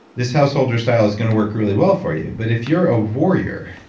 this householder style is going to work really well for you. but if you're a warrior,